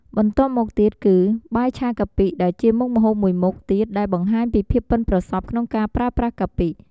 បន្ទាប់មកទៀតគឺ បាយឆាកាពិ ដែលជាមុខម្ហូបមួយមុខទៀតដែលបង្ហាញពីភាពប៉ិនប្រសប់ក្នុងការប្រើប្រាស់កាពិ។